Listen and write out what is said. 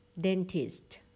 Dentist